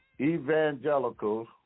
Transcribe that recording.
evangelicals